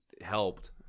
helped